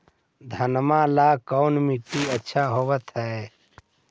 घनमा ला कौन मिट्टियां अच्छा होतई?